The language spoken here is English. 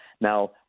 Now